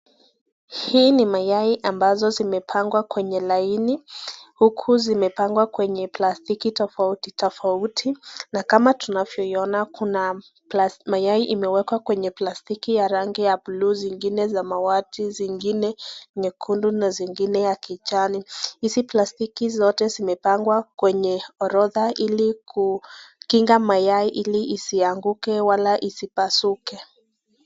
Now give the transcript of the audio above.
Hizi ni mayai ambazo zimepangwa kwenye laini huku zikipagwa na plastiki tofauti tofauti, na kama tunavyio iyona kuna mayai zimewekwa kwenye plastiki ya ragi blue ,huku zingine samawati ,kijani hizi plastiki zote zimepangwa kwenye orodha ilikuchunga mayai isianguke au isipasuke.